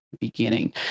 beginning